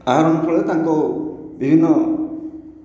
ଆହରଣ ଫଳରେ ତାଙ୍କୁ ବିଭିନ୍ନ